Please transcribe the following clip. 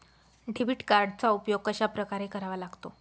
Debit कार्डचा उपयोग कशाप्रकारे करावा लागतो?